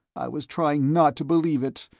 i was trying not to believe it,